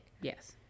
yes